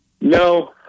No